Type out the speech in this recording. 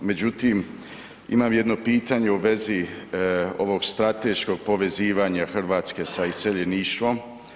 Međutim imam jedno pitanje u vezi ovog strateškog povezivanja Hrvatske sa iseljeništvom.